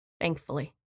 thankfully